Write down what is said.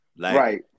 Right